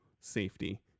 safety